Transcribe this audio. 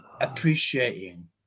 appreciating